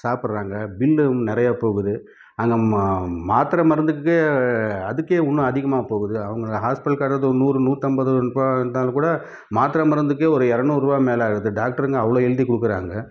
சாப்புடுறாங்க bill நிறையா போகுது அங்கே மாத்திர மருந்துக்கே அதுக்கே இன்னும் அதிகமாக போகுது அவங்க ஹாஸ்பிட்டல்க்கு தரது நூறு நூற்றம்பது இருந்தாலும் கூட மாத்திர மருந்துக்கே ஒரு இரநூறுவா மேலே ஆயிடுது டாக்டருங்க அவ்வளோ எழுதி கொடுக்குறாங்க